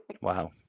Wow